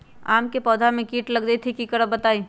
आम क पौधा म कीट लग जई त की करब बताई?